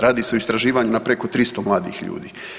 Radi se o istraživanju na preko 300 mladih ljudi.